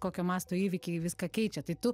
kokio masto įvykiai viską keičia tai tu